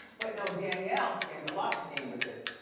but no, danielle stands a lot to gain with this,